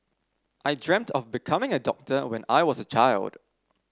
I dreamt of becoming a doctor when I was a child